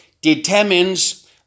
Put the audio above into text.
determines